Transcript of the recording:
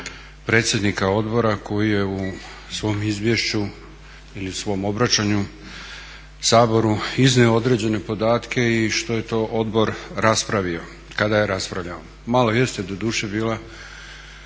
predsjednika Odbora koji je u svom izvješću ili u svom obraćanju Saboru iznio određene podatke i što je to Odbor raspravio kada je raspravljao. Malo jeste doduše bila,